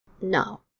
No